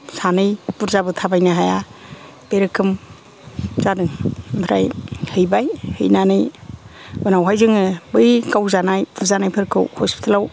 सानै बुरजाबो थाबायनो हाया बेरोखोम जादों ओमफ्राय हैबाय हैनानै उनावहाय जोङो बै गावजानाय बुजानायफोरखौ हस्पिथालाव